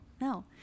No